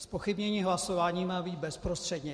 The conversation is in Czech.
Zpochybnění hlasování má být bezprostředně.